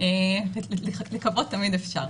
שאפשר --- לקוות תמיד אפשר.